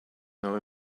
now